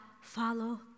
follow